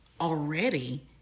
already